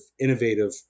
innovative